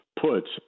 puts